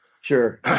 Sure